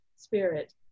spirit